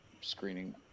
screening